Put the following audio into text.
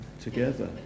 together